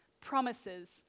promises